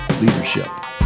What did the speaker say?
Leadership